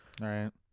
Right